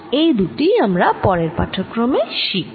এই দুটি আমরা পরের পাঠক্রমে শিখব